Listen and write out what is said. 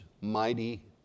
mighty